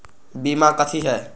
बीमा कथी है?